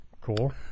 Cool